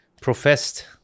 professed